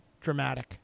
dramatic